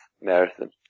marathon